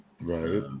Right